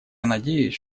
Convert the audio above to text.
надеюсь